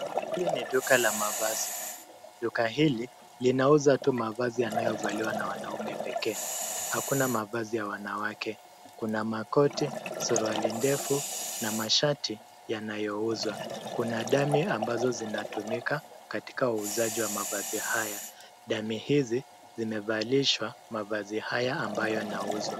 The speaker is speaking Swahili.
Hili ni duka la mavazi. Duka hili linauza tu mavazi yanayovaliwa na wanaume pekee, hakuna mavazi ya wanawake. Kuna makoti, suruali ndefu na mashati yanayouzwa. Kuna dummy ambazo zinatumika katika uuzaji wa mavazi haya. Dummy hizi zimevalishwa mavazi haya ambayo yanauzwa.